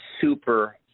super